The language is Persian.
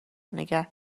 نگه